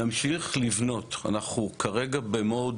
נמשיך לבנות, אנחנו כרגע במוד